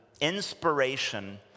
inspiration